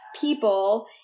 people